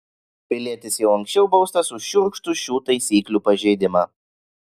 pilietis jau anksčiau baustas už šiurkštų šių taisyklių pažeidimą